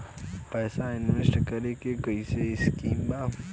पैसा इंवेस्ट करे के कोई स्कीम बा?